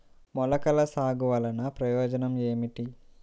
మొలకల సాగు వలన ప్రయోజనం ఏమిటీ?